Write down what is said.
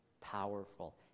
powerful